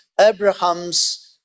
Abraham's